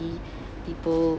people